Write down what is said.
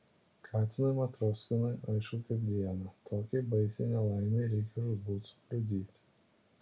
katinui matroskinui aišku kaip dieną tokiai baisiai nelaimei reikia žūtbūt sukliudyti